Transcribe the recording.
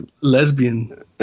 lesbian